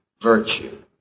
virtue